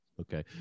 okay